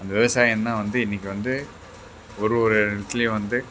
அந்த விவசாயம் தான் வந்து இன்றைக்கி வந்து ஒரு ஒரு இடத்துலியும் வந்து